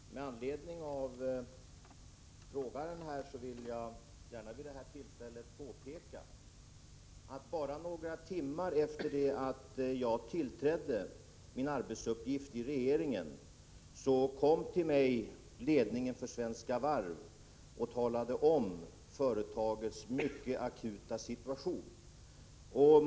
Nr 9 Herr talman! Med anledning av de senaste frågorna vill jag gärna vid detta Tisdagen den tillfälle påpeka att ledningen för Svenska Varv bara några timmar efter det 16 oktober 1984 att jag tillträdde min post i regeringen kom till mig och redogjorde för företagets mycket akuta situation.